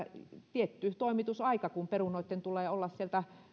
tietty toimitusaika kun perunoitten tulee sieltä